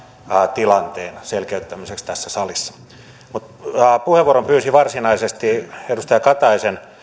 tilanteen selkeyttämiseksi tässä salissa mutta puheenvuoron pyysin varsinaisesti edustaja kataisen